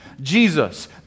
Jesus